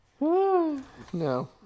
No